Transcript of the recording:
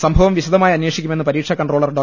സംഭവം വിശദമായി അന്വേഷിക്കുമെന്ന് പരീക്ഷാ കൺട്രോളർ ഡോ